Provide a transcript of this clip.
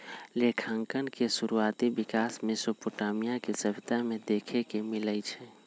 लेखांकन के शुरुआति विकास मेसोपोटामिया के सभ्यता में देखे के मिलइ छइ